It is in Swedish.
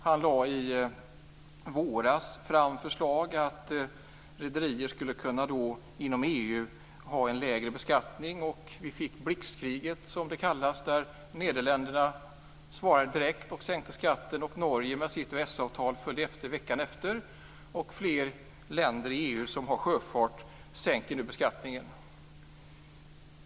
Han lade i våras fram förslag där han sade att rederier inom EU skulle kunna ha en lägre beskattning. Vi fick ju då det s.k. blixtkriget. Nederländerna svarade direkt och sänkte skatten. Norge med sitt EES-avtal följde efter veckan därpå. Fler länder i EU som har sjöfart sänker nu beskattningen.